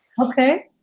okay